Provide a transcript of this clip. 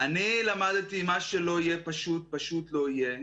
אני למדתי, מה שלא יהיה, פשוט לא יהיה.